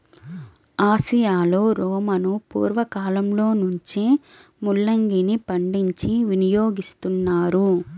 ఆసియాలో రోమను పూర్వ కాలంలో నుంచే ముల్లంగిని పండించి వినియోగిస్తున్నారు